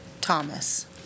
Thomas